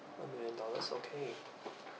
one million dollars okay